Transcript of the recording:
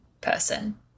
person